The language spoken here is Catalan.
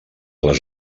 les